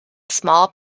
small